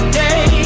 day